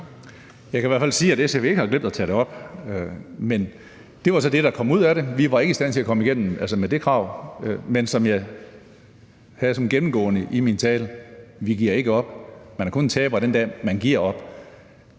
Jeg kan i hvert fald sige, at SF ikke har glemt at tage det op. Men det var så det, der kom ud af det; vi var ikke i stand til at komme igennem med det krav. Men som det var gennemgående i min tale: Vi giver ikke op. Man er kun en taber, den dag man giver op.